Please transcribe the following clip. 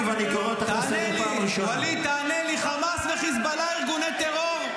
תומך טרור.